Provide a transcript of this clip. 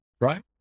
right